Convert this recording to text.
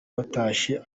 batashye